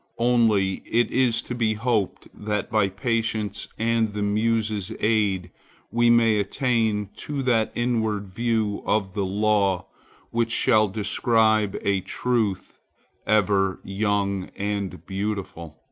only it is to be hoped that by patience and the muses' aid we may attain to that inward view of the law which shall describe a truth ever young and beautiful,